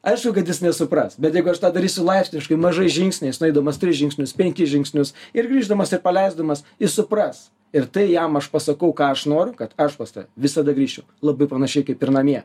aišku kad jis nesupras bet jeigu aš tą darysiu laipsniškai mažais žingsniais nueidamas tris žingsnius penkis žingsnius ir grįždamas ir paleisdamas jis supras ir tai jam aš pasakau ką aš noriu kad aš pas tave visada grįšiu labai panašiai kaip ir namie